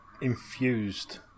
infused